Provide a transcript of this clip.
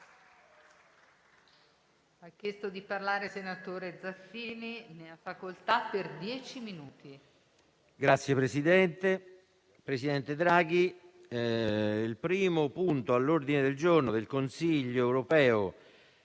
Signor Presidente, signor presidente Draghi, il primo punto all'ordine del giorno del Consiglio europeo